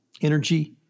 energy